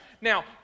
Now